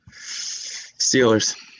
Steelers